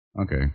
Okay